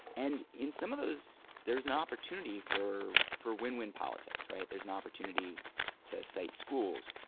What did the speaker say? and in some of those, there's an opportunity for for win-win politics, right? there's an opportunity to site schools,